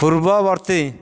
ପୂର୍ବବର୍ତ୍ତୀ